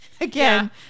Again